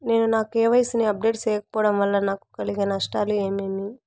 నేను నా కె.వై.సి ని అప్డేట్ సేయకపోవడం వల్ల నాకు కలిగే నష్టాలు ఏమేమీ?